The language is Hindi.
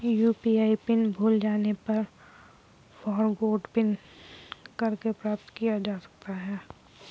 यू.पी.आई पिन भूल जाने पर फ़ॉरगोट पिन करके प्राप्त किया जा सकता है